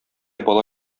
бала